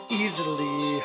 easily